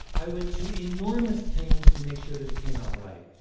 i went to enormous pains to make sure that it came out right,